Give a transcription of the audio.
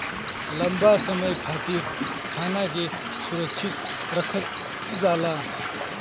लंबा समय खातिर खाना के सुरक्षित रखल जाला